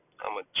I'ma